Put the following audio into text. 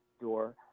door